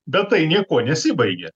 bet tai niekuo nesibaigė